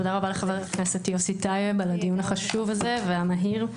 תודה רבה לחבר הכנסת יוסי טייב על הדיון החשוב והמהיר הזה.